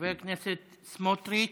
חבר הכנסת סמוטריץ',